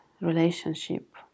relationship